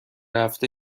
هفته